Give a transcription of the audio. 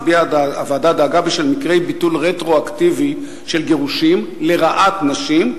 הביעה הוועדה דאגה בשל מקרי ביטול רטרואקטיבי של גירושים לרעת נשים,